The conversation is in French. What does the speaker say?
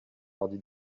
mardi